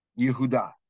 Yehuda